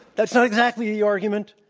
that's not exactly the argument.